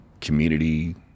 community